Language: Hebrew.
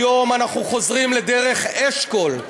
היום אנחנו חוזרים לדרך אשכול,